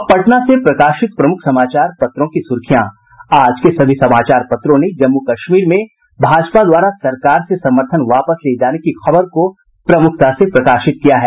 अब पटना से प्रकाशित प्रमुख समाचार पत्रों की सुर्खियां आज के सभी समाचार पत्रों ने जम्मू कश्मीर में भाजपा द्वारा सरकार से समर्थन वापस लिये जाने की खबर को प्रमुखता से प्रकाशित किया है